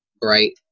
bright